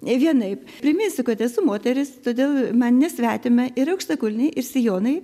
vienaip priminsiu kad esu moteris todėl man nesvetima ir aukštakulniai ir sijonai